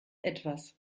etwas